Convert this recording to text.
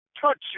touch